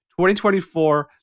2024